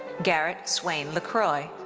garrett swain lecroy.